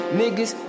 niggas